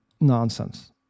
nonsense